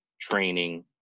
training